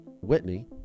Whitney